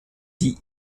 die